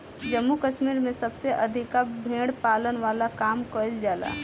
जम्मू कश्मीर में सबसे अधिका भेड़ पालन वाला काम कईल जाला